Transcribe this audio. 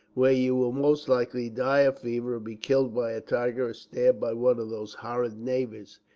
where you will most likely die of fever, or be killed by a tiger, or stabbed by one of those horrid natives,